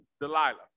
Delilah